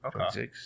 okay